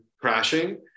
crashing